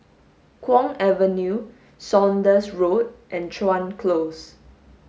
Kwong Avenue Saunders Road and Chuan Close